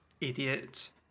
idiot